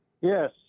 Yes